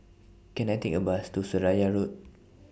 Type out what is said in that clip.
Can I Take A Bus to Seraya Road